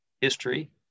history